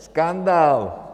Skandál.